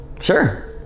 Sure